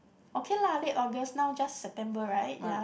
okay lah late August now just September right ya